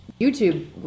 youtube